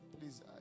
Please